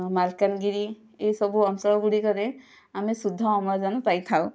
ମାଲକାନଗିରି ଏହିସବୁ ଅଞ୍ଚଳଗୁଡ଼ିକରେ ଆମେ ଶୁଦ୍ଧ ଅମ୍ଳଜାନ ପାଇଥାଉ